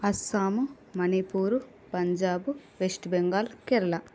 Assam Manipur Punjab West Bengal Kerala